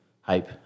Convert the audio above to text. hype